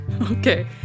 Okay